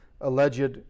alleged